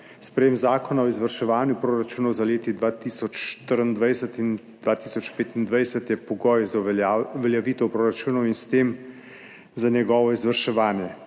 Sprejetje Zakona o izvrševanju proračunov za leti 2024 in 2025 je pogoj za uveljavitev proračunov in s tem za njegovo izvrševanje.